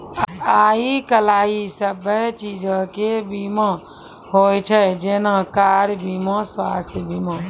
आइ काल्हि सभ्भे चीजो के बीमा होय छै जेना कार बीमा, स्वास्थ्य बीमा